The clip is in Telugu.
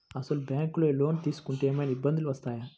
అసలు ఈ బ్యాంక్లో లోన్ తీసుకుంటే ఏమయినా ఇబ్బందులు వస్తాయా?